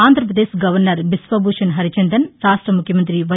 Andhra Pradesh governor Biswabhusan Harichandan రాష్ట ముఖ్యమంతి why